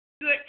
Good